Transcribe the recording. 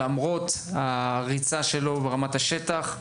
למרות הריצה שלו ברמת השטח.